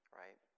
right